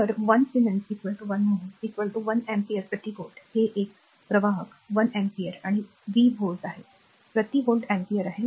तर 1 siemens 1 mho 1 ampere प्रति volt हे एक प्रवाहक i अॅम्पीयर आणि v व्होल्ट आहे प्रति व्होल्ट अँपिअर आहे